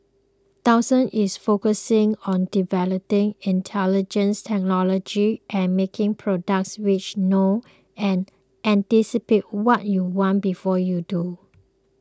Dyson is focusing on developing intelligent technology and making products which know and anticipate what you want before you do